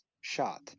shot